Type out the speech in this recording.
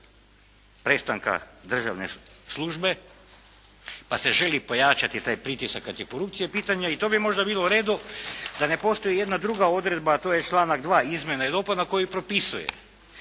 prestanka državne službe, pa se želi pojačati taj pritisak kada je korupcija u pitanju. I to bi možda bilo u redu da ne postoji jedna druga odredba, a to je članak 2. izmjena i dopuna koji propisuje